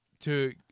to-